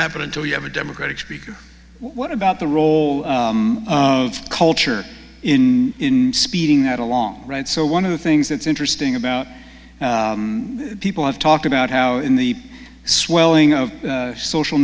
happen until you have a democratic speaker what about the role of culture in speeding that along right so one of the things that's interesting about people have talked about how in the swelling of social